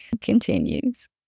continues